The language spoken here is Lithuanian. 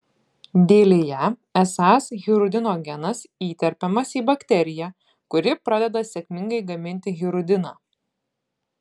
dėlėje esąs hirudino genas įterpiamas į bakteriją kuri pradeda sėkmingai gaminti hirudiną